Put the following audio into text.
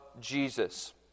Jesus